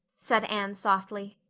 said anne softly.